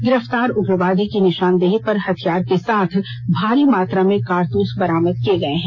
गिरफ्तार उग्रवादी की निशानदेही पर हथियार के साथ भारी मात्रा में कारतूस बरामद किये गये हैं